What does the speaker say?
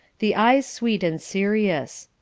the eyes sweet and serious.